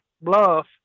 bluff